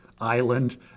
island